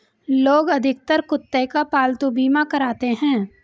लोग अधिकतर कुत्ते का पालतू बीमा कराते हैं